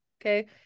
okay